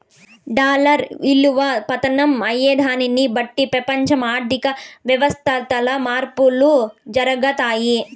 dollar ఇలువ పతనం అయ్యేదాన్ని బట్టి పెపంచ ఆర్థిక వ్యవస్థల్ల మార్పులు జరగతాయి